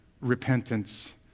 repentance